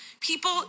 people